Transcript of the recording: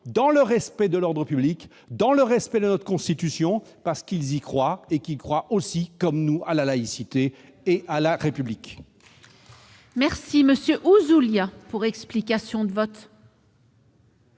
dans le respect de l'ordre public et de notre Constitution, parce qu'ils y croient et qu'ils croient aussi, comme nous, à la laïcité et à la République ! La parole est à M. Pierre Ouzoulias, pour explication de vote.